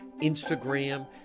instagram